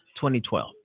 2012